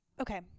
Okay